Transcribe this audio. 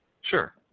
Sure